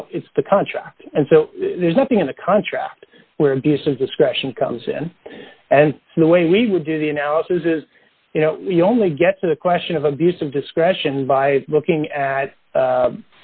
well it's the contract and so there's nothing in the contract where abuse of discretion comes in and the way we would do the analysis is you know you only get to the question of abuse of discretion by looking at